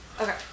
Okay